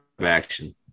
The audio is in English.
action